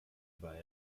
war